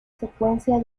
secuencia